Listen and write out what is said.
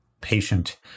patient